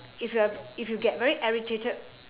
if you're if you get very irritated